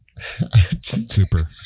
super